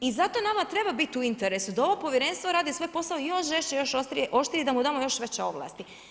I zato nama treba biti u interesu da ovo povjerenstvo radi svoj posao još žešće, još oštrije i da mu damo još veće ovlasti.